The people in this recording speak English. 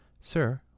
Sir